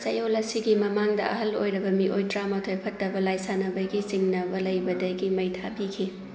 ꯆꯌꯣꯜ ꯑꯁꯤꯒꯤ ꯃꯃꯥꯡꯗ ꯑꯍꯜ ꯑꯣꯏꯔꯕ ꯃꯤꯑꯣꯏ ꯇꯔꯥꯃꯥꯊꯣꯏ ꯐꯠꯇꯕ ꯂꯥꯏ ꯁꯥꯟꯅꯕꯒꯤ ꯆꯤꯡꯅꯕ ꯂꯩꯕꯗꯒꯤ ꯃꯩ ꯊꯥꯕꯤꯈꯤ